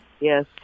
Yes